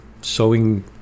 sowing